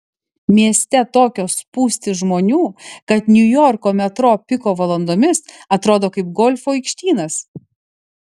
mieste tokios spūstys žmonių kad niujorko metro piko valandomis atrodo kaip golfo aikštynas